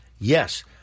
yes